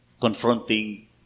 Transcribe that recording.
confronting